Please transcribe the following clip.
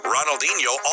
Ronaldinho